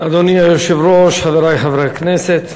אדוני היושב-ראש, חברי חברי הכנסת,